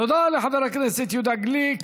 תודה לחבר הכנסת יהודה גליק.